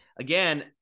Again